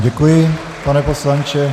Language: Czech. Děkuji vám, pane poslanče.